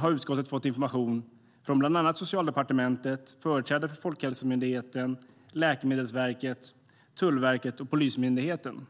har utskottet denna gång fått information från bland annat Socialdepartementet och företrädare för Folkhälsomyndigheten, Läkemedelsverket, Tullverket och Polismyndigheten.